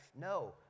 No